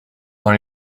dans